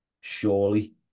surely